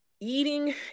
Eating